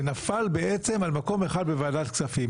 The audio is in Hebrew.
נפל על מקום אחד בוועדת כספים.